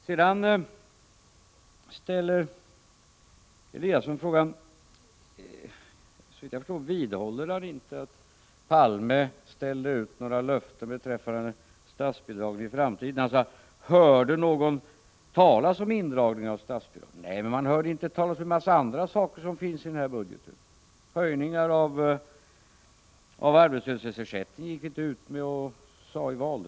Sedan ställde Ingemar Eliasson en fråga: Vidhåller ni inte att Olof Palme ställde ut löften beträffande statsbidragen i framtiden? Ingemar Eliasson sade: Hörde någon talas om indragning av statsbidragen? Nej, men man hörde inte heller talas om en mängd andra saker som finns med i den här budgeten. Vi gick inte ut i valrörelsen och talade om höjningar av arbetslöshetsersättningen.